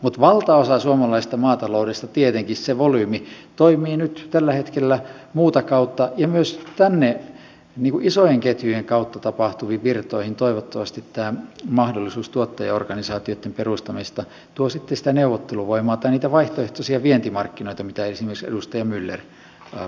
mutta valtaosa suomalaisesta maataloudesta tietenkin se volyymi toimii nyt tällä hetkellä muuta kautta ja myös tänne isojen ketjujen kautta tapahtuviin virtoihin toivottavasti tämä mahdollisuus tuottajaorganisaatioitten perustamisesta tuo sitten sitä neuvotteluvoimaa tai niitä vaihtoehtoisia vientimarkkinoita mitä esimerkiksi edustaja myller peräänkuulutti